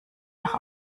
nach